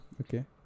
Okay